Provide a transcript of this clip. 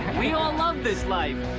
we all love this life.